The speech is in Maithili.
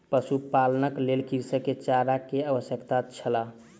पशुपालनक लेल कृषक के चारा के आवश्यकता छल